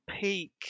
peak